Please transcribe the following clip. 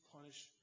punish